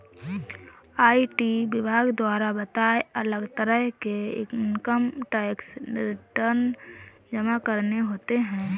IT विभाग द्वारा बताए, अलग तरह के इन्कम टैक्स रिटर्न जमा करने होते है